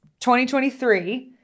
2023